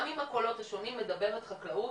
גם אם הקולות שונים היא מדברת חקלאות,